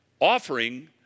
offering